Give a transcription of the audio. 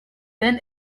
then